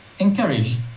Encourage